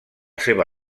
seva